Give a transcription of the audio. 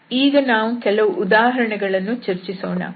ಈಗ ನಾವು ಕೆಲವು ಉದಾಹರಣೆಗಳನ್ನು ಚರ್ಚಿಸೋಣ